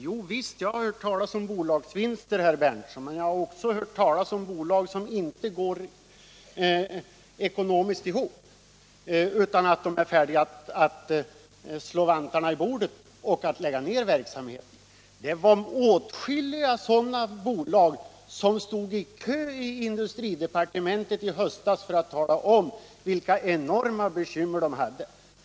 Jo, visst har jag det, herr Berndtson, men jag har också hört talas om bolag som inte går ihop ekonomiskt utan är färdiga att slå vantarna i bordet och lägga ned verksamheten. Åtskilliga sådana bolag stod i kö i industridepartementet i höstas för att tala om vilka enorma bekymmer de hade.